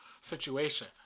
situation